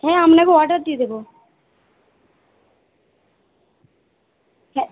হ্যাঁ আপনাকে অর্ডার দিয়ে দেব হ্যাঁ